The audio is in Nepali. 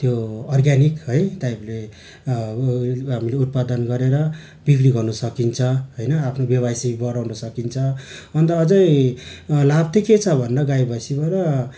त्यो अर्ग्यानिक है टाइपले उयो हामीले उत्पादन गरेर बिक्री गर्नु सकिन्छ होइन आफ्नो व्यवसाय बढाउन सकिन्छ अन्त अझै लाभ त्यही के छ भन्दा गाई भैँसीबाट